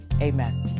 Amen